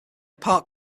part